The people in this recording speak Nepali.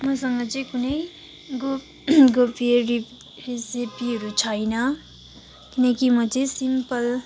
मसँग चाहिँ कुनै गो गोप्य रि रेसिपीहरू छैन किनकि म चाहिँ सिम्पल